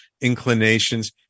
inclinations